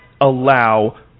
allow